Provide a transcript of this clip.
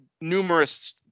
numerous